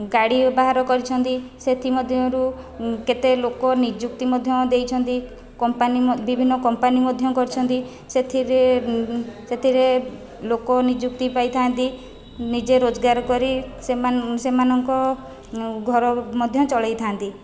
ଗାଡ଼ି ବାହାର କରିଛନ୍ତି ସେଥିମଧ୍ୟରୁ କେତେ ଲୋକ ନିଯୁକ୍ତି ମଧ୍ୟ ଦେଇଛନ୍ତି କମ୍ପାନୀ ବିଭିନ୍ନ କମ୍ପାନୀ ମଧ୍ୟ କରିଛନ୍ତି ସେଥିରେ ସେଥିରେ ଲୋକ ନିଯୁକ୍ତି ପାଇଥାନ୍ତି ନିଜେ ରୋଜଗାର କରି ସେମାନଙ୍କ ଘର ମଧ୍ୟ ଚଳାଇଥାନ୍ତି